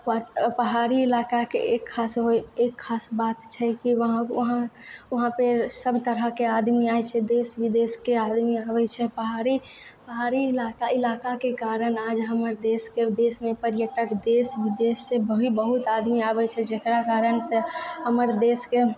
पहाड़ी ईलाकाके एक खास एक खास बात छै की वहाँ वहाँपे सब तरहकेँ आदमी आय छै देश विदेशके आदमी आबै छै पहाड़ी पहाड़ी ईलाका ईलाकाके कारण आज हमर देशके देशमे पर्यटक देश विदेश से भी बहुत आदमी आबै छै जेकरा कारण से हमर देशके